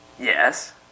Yes